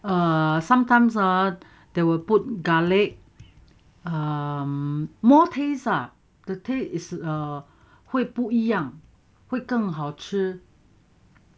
err sometimes are there were put garlic more taste lah the taste is err 会不一样会更好吃